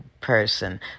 person